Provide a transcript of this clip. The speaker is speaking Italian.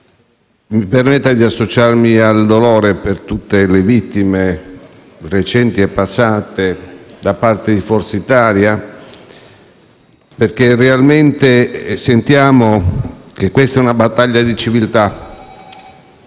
mi permetta di associarmi al dolore per tutte le vittime recenti e passate, perché realmente sentiamo che questa è una battaglia di civiltà.